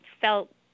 felt